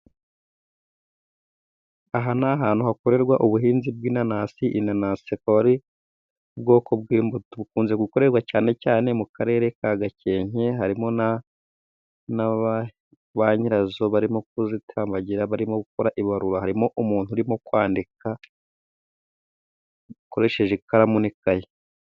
Aha ni ahantu hakorerwa ubuhinzi bw'inanasi, inanasi akabari ubwoko bwi mbuto bukunze gukorerwa cyane cyane mu karere ka gakenke, harimo na banyirazo barimo kuzitambagira barimo gukora ibarura, harimo umuntu urimo kwandika akoresheje ikaramu n'ikaye.